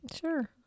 Sure